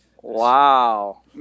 Wow